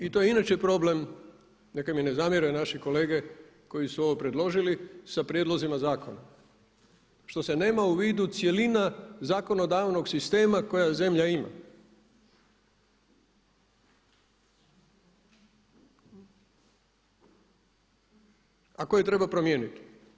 I to je inače problem neka mi ne zamjere naši kolege koji su ovo predložili sa prijedlozima zakona što se nema u vidu cjelina zakonodavnog sistema koja zemlja ima, a koje treba promijeniti.